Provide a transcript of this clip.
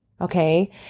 okay